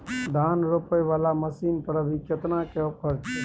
धान रोपय वाला मसीन पर अभी केतना के ऑफर छै?